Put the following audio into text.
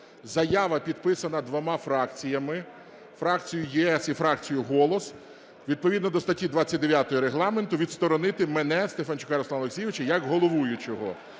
заява, підписана двома фракціями, фракцією "ЄС" і фракцією "Голос", відповідно до статті 29 Регламенту відсторонити мене, Стефанчука Руслана Олексійовича, як головуючого.